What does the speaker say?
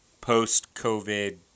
post-COVID